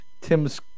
Tim's